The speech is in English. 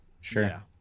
Sure